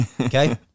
Okay